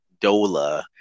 Dola